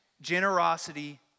generosity